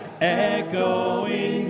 echoing